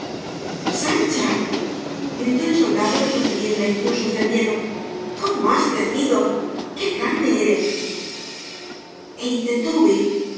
sancha gritó el soldado retrocediendo á impulsos del miedo tómo has crecido qué grande eres e intentó huir